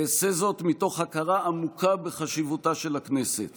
אעשה זאת מתוך הכרה עמוקה בחשיבותה של הכנסת